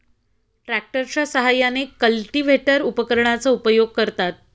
ट्रॅक्टरच्या साहाय्याने कल्टिव्हेटर उपकरणाचा उपयोग करतात